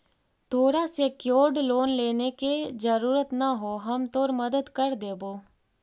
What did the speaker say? तोरा secured loan लेने के जरूरत न हो, हम तोर मदद कर देबो